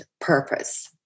purpose